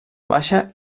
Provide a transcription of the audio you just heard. baixa